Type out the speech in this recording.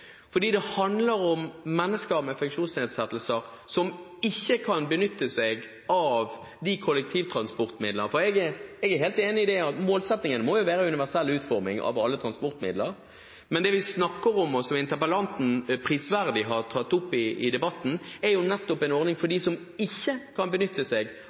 fordi det handler om mennesker med funksjonsnedsettelser som ikke kan benytte seg av de kollektivtransportmidlene. Jeg er helt enig i at målsettingen må være universell utforming av alle transportmidler. Men det vi snakker om, og som interpellanten prisverdig har tatt opp i debatten, er nettopp en ordning for dem som ikke kan benytte seg